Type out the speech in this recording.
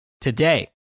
today